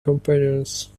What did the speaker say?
companions